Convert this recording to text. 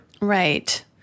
right